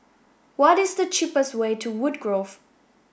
what is the cheapest way to Woodgrove